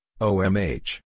OMH